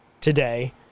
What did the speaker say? today